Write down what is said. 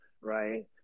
right